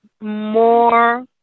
more